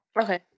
Okay